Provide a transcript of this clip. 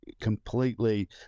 completely